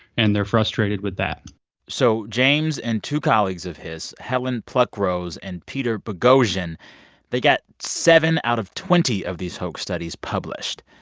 and they're frustrated with that so james and two colleagues of his helen pluckrose and peter boghossian they got seven out of twenty of these hoax studies published.